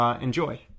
Enjoy